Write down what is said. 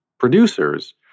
Producers